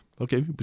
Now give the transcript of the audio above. Okay